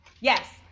Yes